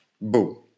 boom